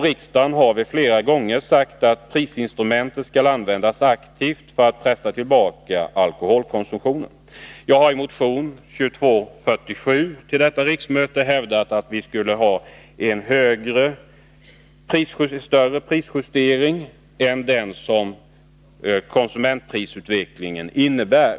Riksdagen har flera gånger sagt att prisinstrumentet skall användas aktivt för att pressa tillbaka alkoholkonsumtionen. Jag har i motionen 2247 till detta riksmöte hävdat att vi bör ha en större prisjustering än den som konsumentprisutvecklingen innebär.